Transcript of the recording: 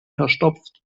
verstopft